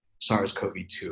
SARS-CoV-2